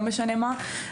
לא משנה מה.